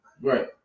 Right